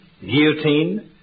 Guillotine